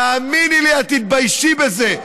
תאמיני לי, את תתביישי בזה.